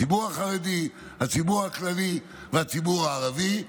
הציבור החרדי, הציבור הכללי והציבור הערבי.